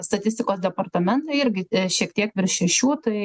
statistikos departamentą irgi šiek tiek virš šešių tai